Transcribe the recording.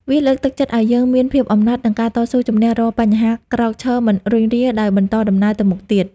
វាលើកទឹកចិត្តឲ្យយើងមាន ភាពអំណត់ និងការតស៊ូជំនះរាល់បញ្ហាក្រោកឈរមិនរុញរាដោយបន្តដំណើរទៅមុខទៀត ។